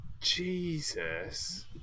Jesus